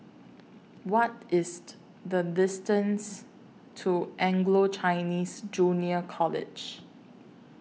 What IS The distance to Anglo Chinese Junior College